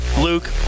Luke